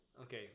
Okay